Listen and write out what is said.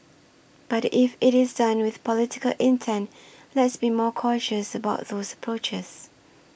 but if it is done with political intent let's be more cautious about those approaches